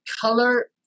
color